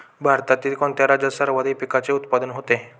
भारतातील कोणत्या राज्यात सर्वाधिक पिकाचे उत्पादन होते?